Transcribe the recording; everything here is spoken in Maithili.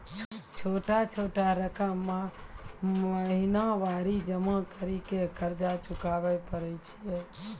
छोटा छोटा रकम महीनवारी जमा करि के कर्जा चुकाबै परए छियै?